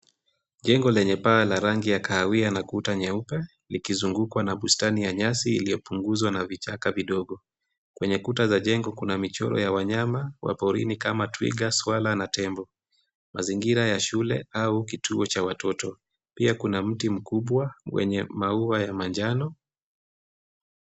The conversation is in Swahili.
Jengo lenye paa la rangi ya kahawia na kuta nyeupe, likizungukwa na bustani ya nyasi iliyopunguzwa na vichaka vidogo, kwenye kuta za jengo kuna michoro ya wanyama waporini kama twiga, swala na tembo, mazingira ya shule au kituo cha watoto, pia kuna mti mkubwa wenye maua ya manjano.